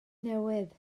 newydd